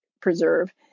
preserve